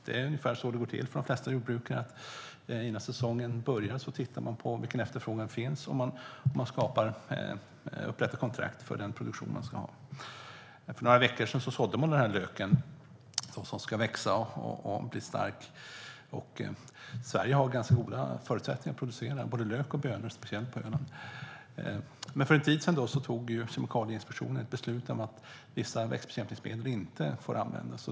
Det är ungefär så det går till för de flesta jordbrukare - innan säsongen börjar tittar man på vilken efterfrågan som finns och upprättar kontrakt för den produktion man ska ha. För några veckor sedan sådde man löken, som ska växa och bli stark. Sverige har ganska goda förutsättningar att producera både lök och bönor, särskilt på Öland. Men för en tid sedan fattade Kemikalieinspektionen ett beslut om att vissa växtbekämpningsmedel inte får användas.